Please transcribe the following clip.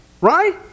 right